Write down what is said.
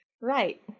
right